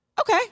Okay